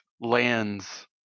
lands